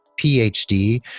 phd